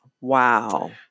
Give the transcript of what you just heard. Wow